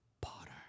potter